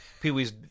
Pee-wee's